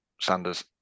Sanders